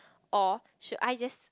or should I just